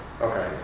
Okay